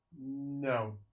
No